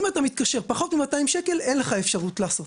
אם אתה מתקשר לפחות מ-200 שקלים אין לך אפשרות לעשות.